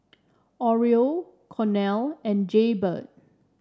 Oreo Cornell and Jaybird